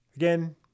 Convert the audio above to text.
Again